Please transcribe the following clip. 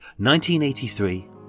1983